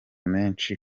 menshi